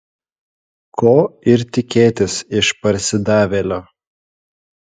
ko ir tikėtis iš parsidavėlio